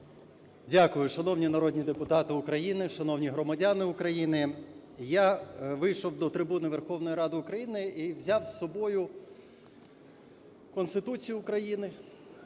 Дякую. Шановні народні депутати України, шановні громадяни України! Я вийшов до трибуни Верховної Ради України і взяв із собою Конституцію України